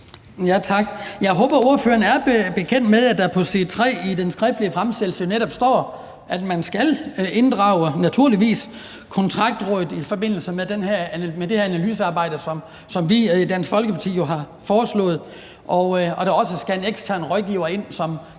Jeg håber, at ordføreren er bekendt med, at der på side 3 i bemærkningerne til forslaget netop står, at man naturligvis skal inddrage Kontaktrådet i forbindelse med det her analysearbejde, som vi jo har foreslået i Dansk Folkeparti, og at der også skal en ekstern rådgiver ind, som